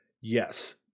Yes